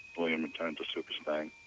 william returned to super stang.